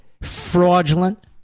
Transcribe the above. fraudulent